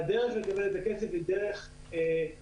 והדרך לקבל את הכסף היא דרך קשה.